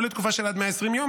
או לתקופה של עד 120 יום,